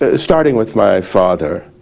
ah starting with my father,